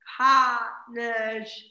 partners